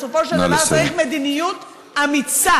בסופו של דבר צריך מדיניות אמיצה.